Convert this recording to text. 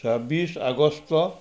ছাব্বিছ আগষ্ট